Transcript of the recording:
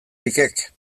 likek